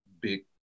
big